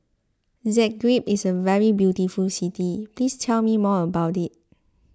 Zagreb is a very beautiful city please tell me more about it